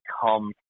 come